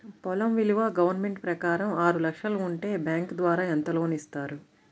పొలం విలువ గవర్నమెంట్ ప్రకారం ఆరు లక్షలు ఉంటే బ్యాంకు ద్వారా ఎంత లోన్ ఇస్తారు?